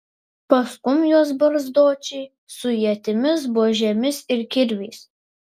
paskum juos barzdočiai su ietimis buožėmis ir kirviais